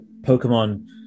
Pokemon